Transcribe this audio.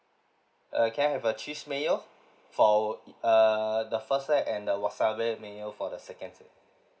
uh can I have a cheese mayo for e~ err the first set and the wasabi mayo for the second set